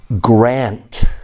Grant